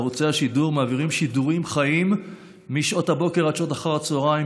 ערוצי השידור מעבירים שידורים חיים משעות הבוקר עד שעות אחר הצוהריים,